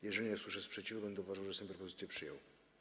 Jeżeli nie usłyszę sprzeciwu, będę uważał, że Sejm propozycję przyjął.